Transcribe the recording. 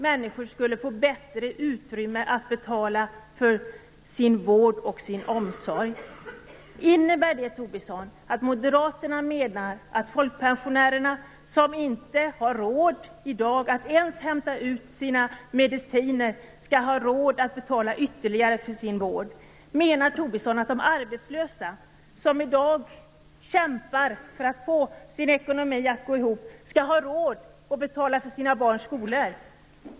Människor skulle få bättre utrymme att betala för sin vård och sin omsorg. Innebär det, Lars Tobisson, att moderaterna menar att folkpensionärerna, som i dag inte har råd att ens hämta ut sina mediciner, skall ha råd att betala ytterligare för sin vård? Menar Lars Tobisson att de arbetslösa, som i dag kämpar för att få sin ekonomi att gå ihop, skall ha råd att betala för sina barns skolor?